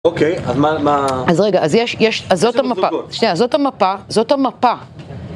אוקיי, אז מה... אז רגע, אז יש... אז זאת המפה... שנייה, זאת המפה... זאת המפה!